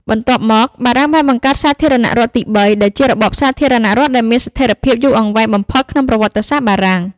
បន្ទាប់មក បារាំងបានបង្កើត សាធារណរដ្ឋទីបី ដែលជារបបសាធារណរដ្ឋដែលមានស្ថិរភាពយូរអង្វែងបំផុតក្នុងប្រវត្តិសាស្ត្របារាំង។